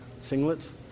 singlets